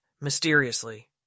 mysteriously